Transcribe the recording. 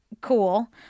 Cool